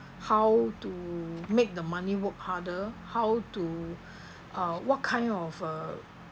how to make the money work harder how to uh what kind of a